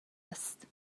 است